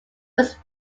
was